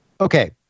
Okay